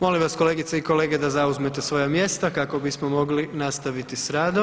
Molim vas kolegice i kolege da zauzmete svoja mjesta kako bismo mogli nastaviti s radom.